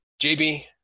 JB